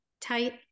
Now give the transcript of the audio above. tight